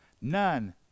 none